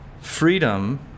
freedom